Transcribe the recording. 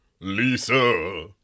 Lisa